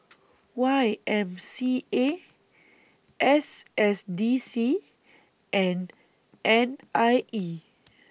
Y M C A S S D C and N I E